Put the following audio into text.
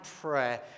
prayer